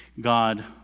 God